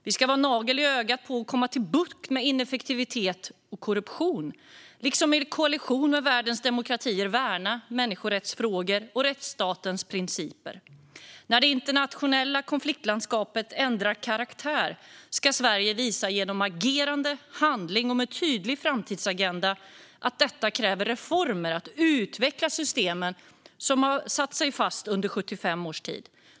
Vi ska vara en nagel i ögat på och få bukt med ineffektivitet och korruption och i koalition med världens demokratier värna människorättsfrågor och rättsstatens principer. När det internationella konfliktlandskapet ändrar karaktär ska Sverige visa, genom agerande och handling och med en tydlig framtidsagenda, att detta kräver reformer och att de system som legat fast under 75 års tid utvecklas.